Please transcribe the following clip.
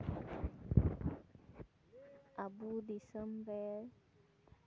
ᱟᱵᱚ ᱫᱤᱥᱚᱢ ᱨᱮ